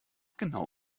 genau